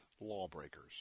lawbreakers